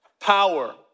Power